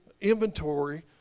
inventory